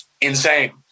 insane